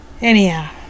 Anyhow